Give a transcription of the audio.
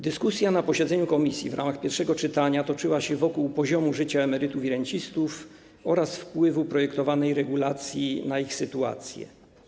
Dyskusja na posiedzeniu komisji w ramach pierwszego czytania toczyła się wokół poziomu życia emerytów i rencistów oraz wpływu projektowanej regulacji na ich sytuację.